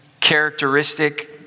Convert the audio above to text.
characteristic